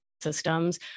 systems